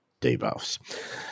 debuffs